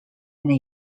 free